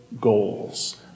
goals